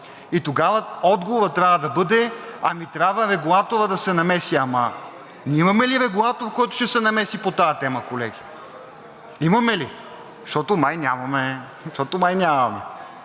И тогава отговорът трябва да бъде: ами трябва регулаторът да се намеси. Ама ние имаме ли регулатор, който ще се намеси по тази тема, колеги? Имаме ли? Защото май нямаме. Защото май нямаме!